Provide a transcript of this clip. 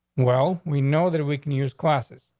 well, we know that we can use classes.